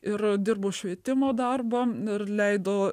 ir dirbo švietimo darbo ir leido